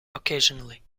occasionally